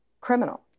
criminal